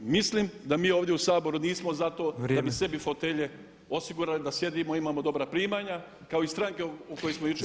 Mislim da mi ovdje u Saboru nismo za to da bi sebi fotelje osigurali, da sjedimo i imamo dobra primanja kao i stranka o kojoj smo jučer